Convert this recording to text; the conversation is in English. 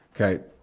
Okay